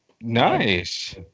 nice